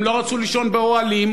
הם לא רצו לישון באוהלים,